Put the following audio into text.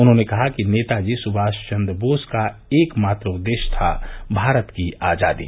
उन्होंने कहा कि नेताजी सुभाष चन्द्र बोस का एक मात्र उद्देश्य था भारत की आजादी